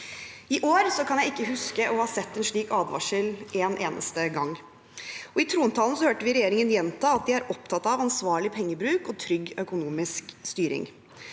I år kan jeg ikke huske å ha sett en slik advarsel en eneste gang. I trontalen hørte vi regjeringen gjenta at de er opptatt av ansvarlig pengebruk og trygg økonomisk styring.